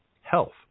health